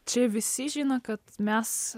čia visi žino kad mes